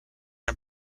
and